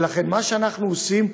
ולכן מה שאנחנו עושים,